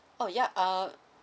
oh yeah uh